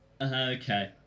Okay